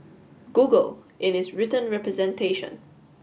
Google in its written representation